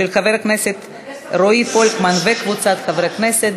של חבר הכנסת רועי פולקמן וקבוצת חברי כנסת.